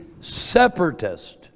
separatist